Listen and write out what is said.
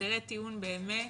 הסדרי טיעון באמת,